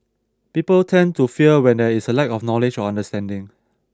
people tend to fear when there is a lack of knowledge or understanding